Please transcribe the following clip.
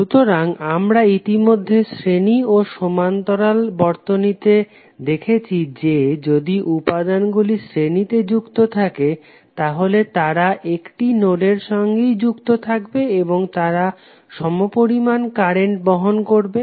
সুতরাং আমরা ইতিমধ্যে শ্রেণী ও সমান্তরাল বর্তনীতে দেখেছি যে যদি উপাদানগুলি শ্রেণীতে যুক্ত থাকে তাহলে তারা একটি নোডের সঙ্গেই যুক্ত থাকবে এবং তারা সমপরিমান কারেন্ট বহন করবে